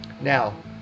Now